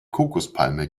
kokospalme